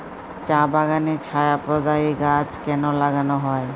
চা বাগানে ছায়া প্রদায়ী গাছ কেন লাগানো হয়?